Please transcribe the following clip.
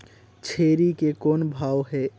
छेरी के कौन भाव हे?